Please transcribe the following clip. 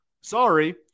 Sorry